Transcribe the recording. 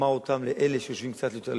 אותם לאלה שיושבים קצת יותר למעלה.